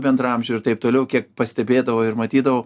bendraamžių ir taip toliau kiek pastebėdavo ir matydavau